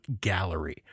Gallery